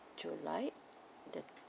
july the